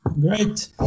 great